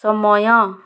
ସମୟ